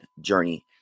journey